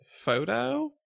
photo